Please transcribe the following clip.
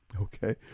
okay